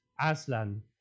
Aslan